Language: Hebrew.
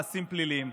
מעשים פליליים.